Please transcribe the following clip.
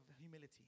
humility